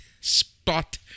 spot